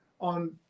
on